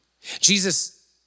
Jesus